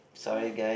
what